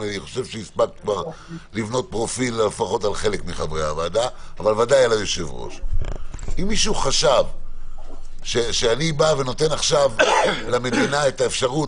אם מישהו שחשב שאני נותן עכשיו למדינה את האפשרות